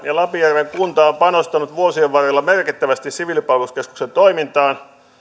ja lapinjärven kunta on panostanut vuosien varrella merkittävästi siviilipalveluskeskuksen toimintaan